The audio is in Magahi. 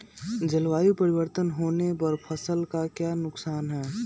जलवायु परिवर्तन होने पर फसल का क्या नुकसान है?